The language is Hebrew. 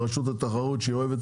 שלושה חודשים זה מספיק זמן,